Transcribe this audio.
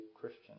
Christian